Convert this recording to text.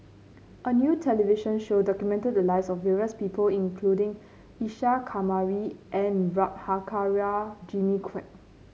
a new television show documented the lives of various people including Isa Kamari and Prabhakara Jimmy Quek